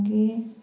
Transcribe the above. मागीर